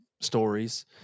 stories